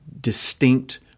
distinct